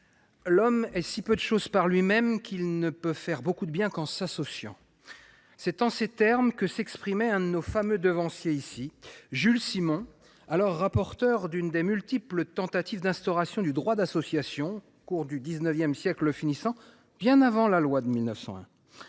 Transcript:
L’homme est si peu de chose par lui même qu’il ne peut faire beaucoup de bien qu’en s’associant. » C’est en ces termes que s’exprimait l’un de nos fameux devanciers, Jules Simon, alors rapporteur d’une des multiples tentatives d’instauration du droit d’association au cours du XIX siècle finissant, bien avant la loi de 1901.